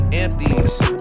empties